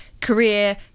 career